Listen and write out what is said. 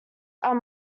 are